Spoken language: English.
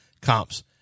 comps